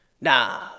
nah